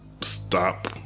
stop